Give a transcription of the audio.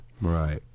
Right